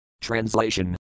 Translation